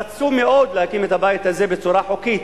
הם רצו מאוד להקים את הבית הזה בצורה חוקית,